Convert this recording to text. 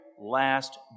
last